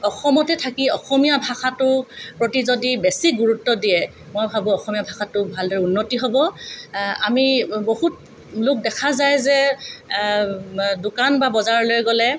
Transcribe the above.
অসমতে থাকি অসমীয়া ভাষাটো প্ৰতি যদি বেছি গুৰুত্ব দিয়ে মই ভাবোঁ অসমীয়া ভাষাটো ভালদৰে উন্নতি হ'ব আমি বহুত লোক দেখা যায় যে দোকান বা বজাৰলৈ গ'লে